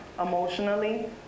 emotionally